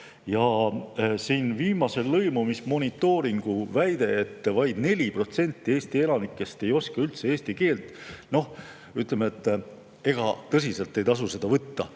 aeglane. Viimase lõimumismonitooringu väide, et vaid 4% Eesti elanikest ei oska üldse eesti keelt – noh, ega tõsiselt ei tasu seda võtta.